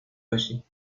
باشی